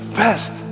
best